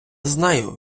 знаю